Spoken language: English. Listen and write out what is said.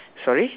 sorry